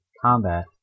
combat